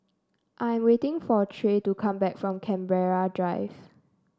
I'm waiting for Trey to come back from Canberra Drive